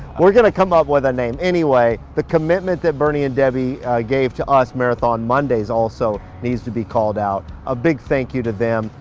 we're gonna come up with a name, anyway. the commitment that bernie and debbie gave to us, marathon mondays, also needs to be called out. a big thank you to them,